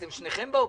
אתם שניכם באופוזיציה.